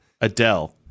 Adele